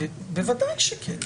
בוודאי שכן.